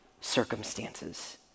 circumstances